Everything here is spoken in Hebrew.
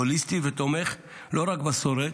הוליסטי ותומך לא רק בשורד,